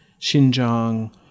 Xinjiang